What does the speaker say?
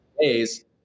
days